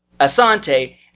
Asante